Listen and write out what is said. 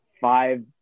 five